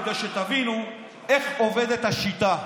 כדי שתבינו איך עובדת השיטה.